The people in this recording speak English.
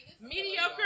mediocre